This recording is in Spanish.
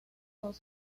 dos